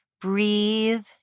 breathe